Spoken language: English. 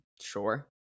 sure